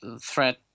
Threat